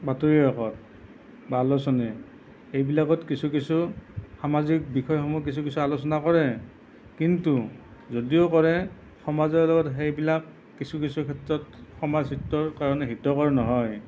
বাতৰি কাকত বা আলোচনী এইবিলাকত কিছু কিছু সামাজিক বিষয়সমূহ কিছু কিছু আলোচনা কৰে কিন্তু যদিও কৰে সমাজৰ লগত সেইবিলাক কিছু কিছু ক্ষেত্ৰত সমাজহিতৰ কাৰণে হিতকৰ নহয়